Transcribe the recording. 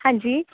ਹਾਂਜੀ